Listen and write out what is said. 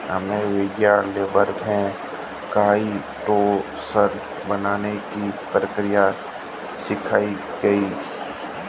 हमे विज्ञान लैब में काइटोसान बनाने की प्रक्रिया सिखाई गई